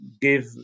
give